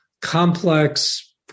complex